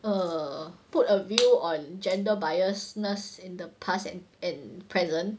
err put a view on gender biasness in the past and and present